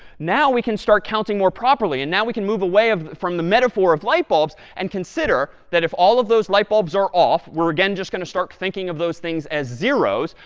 now we can start counting more properly. and now we can move away from the metaphor of light bulbs and consider that if all of those light bulbs are off, we're, again, just going to start thinking of those things as zeros.